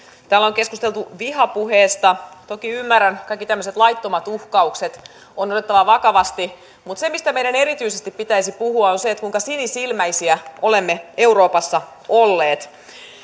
täällä on keskusteltu vihapuheesta toki ymmärrän että kaikki tämmöiset laittomat uhkaukset on otettava vakavasti mutta se mistä meidän erityisesti pitäisi puhua on se kuinka sinisilmäisiä olemme euroopassa olleet